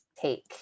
take